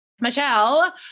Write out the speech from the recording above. Michelle